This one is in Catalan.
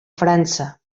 frança